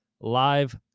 live